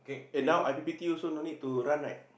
eh now I_P_P_T also no need to run right